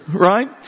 right